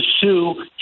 sue